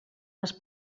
les